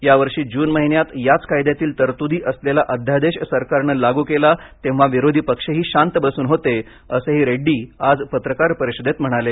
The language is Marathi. या वर्षी जून महिन्यात याच कायद्यातील तरतुदी असलेला अध्यादेश सरकारनं लागू केला तेव्हा विरोधी पक्षही शांत बसून होते असंही रेड्डी आज पत्रकार परिषदेत म्हणाले